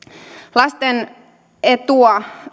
lasten etua